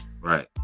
Right